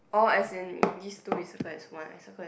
oh as in this two is circle as one I circle as